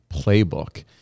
playbook